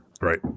Right